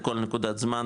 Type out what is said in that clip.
בכל נקודת זמן,